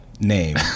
name